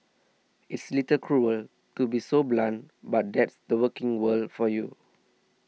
it's a little cruel to be so blunt but that's the working world for you